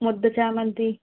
ముద్ద చామంతి